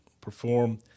perform